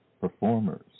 performers